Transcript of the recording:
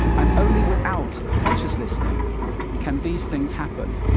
and only without conscious listening can these things happen.